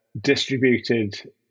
distributed